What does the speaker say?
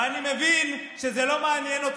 ואני מבין שאת הפריבילגים לא מעניין יוקר המחיה,